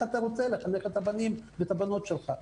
אתה רוצה לחנך את הבנים והבנות שלך.